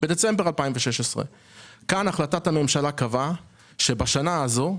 בדצמבר 2016. כאן החלטת הממשלה קבעה שבשנה הזו,